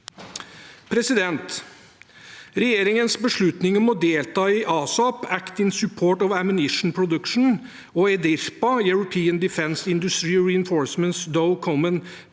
marked. Regjeringens beslutning om å delta i ASAP, Act in Support of Ammunition Production, og i EDIRPA, European Defence Industry Reinforcement through common Procurement